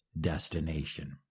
destination